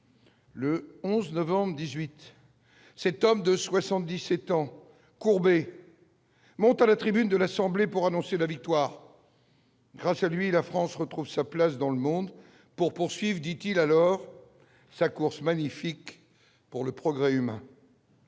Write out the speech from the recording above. Le 11 novembre 18, cet homme de 77 ans, courbé monte à la tribune de l'Assemblée pour annoncer la victoire grâce à lui, la France retrouve sa place dans le monde pour poursuivent, dit-il alors sa course magnifique pour le progrès humain.